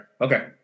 Okay